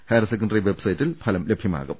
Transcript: higher secondary വെബ്സൈറ്റിൽ ഫലം ലഭ്യമാകും